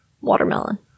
watermelon